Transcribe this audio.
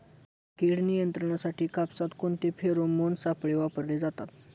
कीड नियंत्रणासाठी कापसात कोणते फेरोमोन सापळे वापरले जातात?